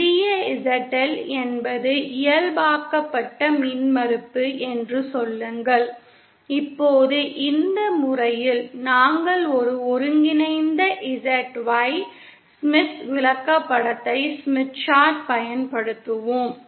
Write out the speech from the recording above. சிறிய ZL என்பது இயல்பாக்கப்பட்ட மின்மறுப்பு என்று சொல்லுங்கள் இப்போது இந்த முறையில் நாங்கள் ஒரு ஒருங்கிணைந்த ZY ஸ்மித் விளக்கப்படத்தைப் பயன்படுத்துவோம்